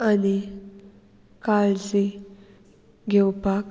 आनी काळजी घेवपाक